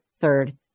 third